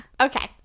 okay